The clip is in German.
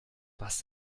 was